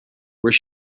where